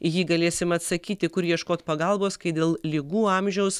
į jį galėsim atsakyti kur ieškot pagalbos kai dėl ligų amžiaus